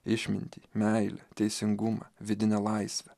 išmintį meilę teisingumą vidinę laisvę